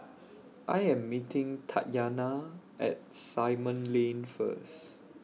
I Am meeting Tatyanna At Simon Lane First